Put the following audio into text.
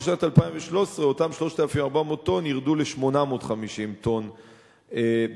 שנת 2013 אותן 3,400 טונות ירדו ל-850 טונות בשנה,